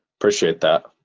appreciate that.